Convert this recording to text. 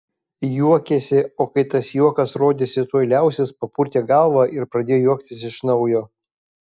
juokėsi o kai tas juokas rodėsi tuoj liausis papurtė galvą ir pradėjo juoktis iš naujo